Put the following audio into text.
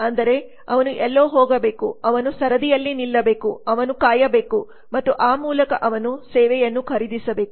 ಅಂದರೆ ಅವನು ಎಲ್ಲೋ ಹೋಗಬೇಕು ಅವನು ಸರದಿಯಲ್ಲಿ ನಿಲ್ಲಬೇಕು ಅವನು ಕಾಯಬೇಕು ಮತ್ತು ಆ ಮೂಲಕ ಅವನು ಸೇವೆಯನ್ನು ಖರೀದಿಸಬೇಕು